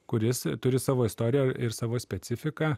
kuris turi savo istoriją ir savo specifiką